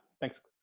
thanks